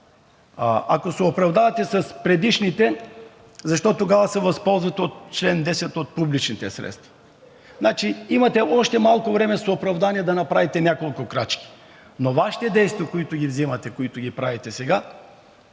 Ако се оправдавате с предишните, защо тогава се възползвате от чл. 10 от публичните средства? Значи имате още малко време за оправдания, за да направите няколко крачки, но действията, които правите сега,